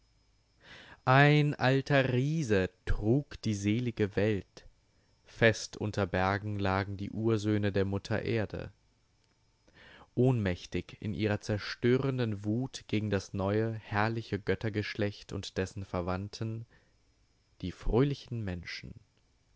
ein alter riese trug die selige welt fest unter bergen lagen die ursöhne der mutter erde ohnmächtig in ihrer zerstörenden wut gegen das neue herrliche göttergeschlecht und dessen verwandten die fröhlichen menschen